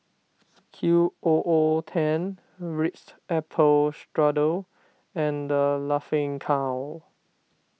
Q O O ten Ritz Apple Strudel and the Laughing Cow